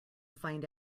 find